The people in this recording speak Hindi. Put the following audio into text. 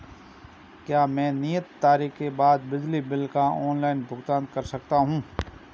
क्या मैं नियत तारीख के बाद बिजली बिल का ऑनलाइन भुगतान कर सकता हूं?